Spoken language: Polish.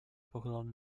pochylony